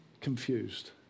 confused